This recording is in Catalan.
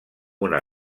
una